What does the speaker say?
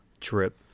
trip